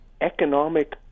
economic